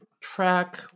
Track